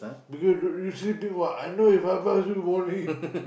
because you you sleeping [what] I know if I buzz you you won't read